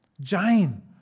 Jane